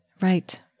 Right